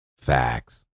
Facts